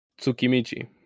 tsukimichi